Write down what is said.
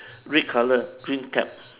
red colour green cap